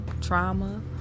trauma